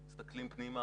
מסתכלים פנימה,